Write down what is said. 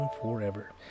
forever